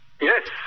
Yes